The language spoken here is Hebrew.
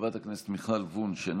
חברת הכנסת מיכל וונש,